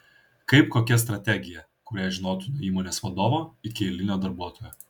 kaip kokia strategija kurią žinotų nuo įmonės vadovo iki eilinio darbuotojo